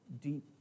deep